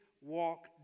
walk